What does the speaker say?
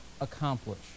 accomplish